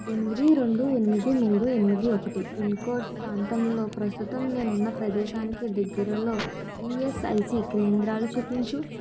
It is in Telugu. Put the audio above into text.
ఎనిమిది రెండు ఎనిమిది మూడు ఎనిమిది ఒకటి పిన్కోడ్ ప్రాంతంలో ప్రస్తుతం నేనున్న ప్రదేశానికి దగ్గరలో ఈఎస్ఐసి కేంద్రాలు చూపించు